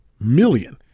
million